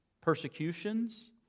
persecutions